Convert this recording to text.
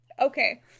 Okay